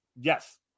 yes